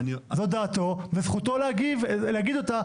זו דעתו וזכותו להגיד אותה,